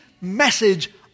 message